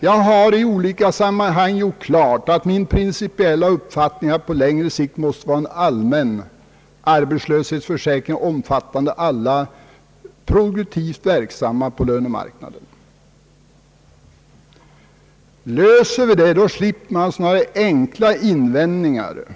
Jag har i olika sammanhang gjort klart att min principiella uppfattning på längre sikt är att det bör införas en allmän arbetslöshetsförsäkring omfattande alla direkt verksamma på lönemarknaden. Löses detta problem, slipper vi sådana här enkla invändningar som gjorts.